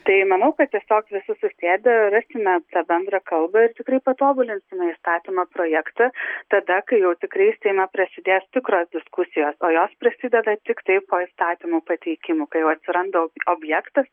tai manau kad tiesiog visi susėdę rasime bendrą kalbą ir tikrai patobulintame įstatymo projektą tada kai jau tikrai seime prasidės tikros diskusijos o jos prasideda tiktai po įstatymų pateikimų kai jau atsiranda objektas